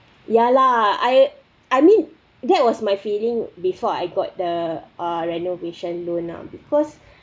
ya lah I I mean that was my feeling before I got the uh renovation loan ah because